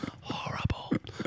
Horrible